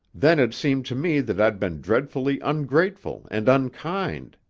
then it seemed to me that i'd been dreadfully ungrateful and unkind.